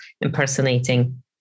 impersonating